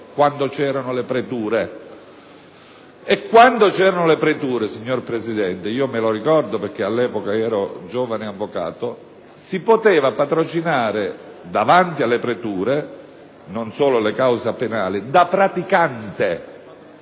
Quando c'erano le preture, signora Presidente (periodo che io ricordo perché all'epoca ero un giovane avvocato), si potevano patrocinare davanti alle preture, da praticante, non solo le cause penali: il praticante